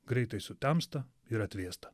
greitai sutemsta ir atvėsta